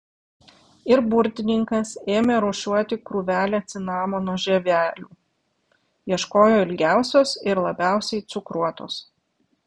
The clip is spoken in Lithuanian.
ir burtininkas ėmė rūšiuoti krūvelę cinamonų žievelių ieškojo ilgiausios ir labiausiai cukruotos